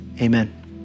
amen